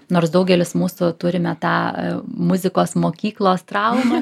nors daugelis mūsų turime tą muzikos mokyklos traumą